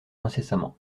incessamment